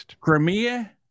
Crimea